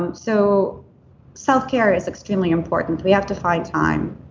um so self-care is extremely important. we have to find time.